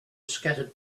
scattered